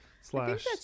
slash